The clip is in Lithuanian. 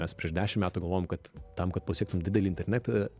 mes prieš dešimt metų galvojom kad tam kad pasiektum didelį internetą